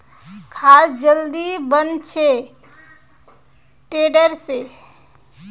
घास जल्दी बन छे टेडर से